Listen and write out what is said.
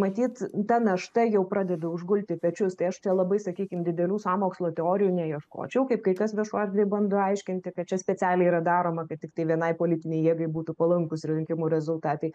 matyt ta našta jau pradeda užgulti pečius tai aš čia labai sakykim didelių sąmokslo teorijų neieškočiau kaip kai kas viešoj erdvėj bando aiškinti kad čia specialiai yra daroma kad tiktai vienai politinei jėgai būtų palankūs rinkimų rezultatai